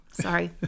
Sorry